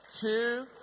Two